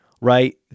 right